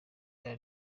kwa